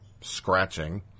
scratching